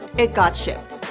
it got shipped.